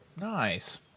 nice